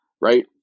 right